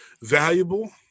valuable